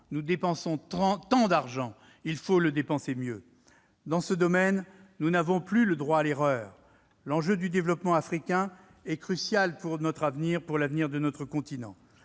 Nous dépensons tant d'argent ; il faut le dépenser mieux. En ce domaine, nous n'avons plus droit à l'erreur : l'enjeu du développement africain est crucial pour notre avenir, pour l'avenir de notre continent.